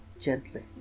Gently